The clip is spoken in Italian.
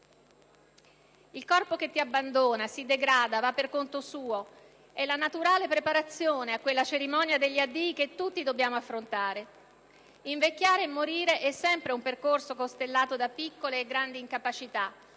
Il corpo che ti abbandona, si degrada, va per conto suo, è la naturale preparazione a quella cerimonia degli addii che tutti dobbiamo affrontare. Invecchiare e morire è sempre un percorso costellato da piccole e grandi incapacità,